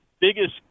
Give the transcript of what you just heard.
biggest